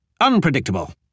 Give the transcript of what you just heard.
Unpredictable